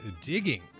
digging